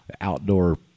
outdoor